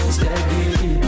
Steady